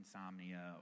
insomnia